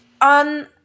on